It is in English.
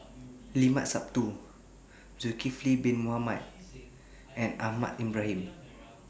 Limat Sabtu Zulkifli Bin Mohamed and Ahmad Ibrahim